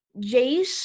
Jace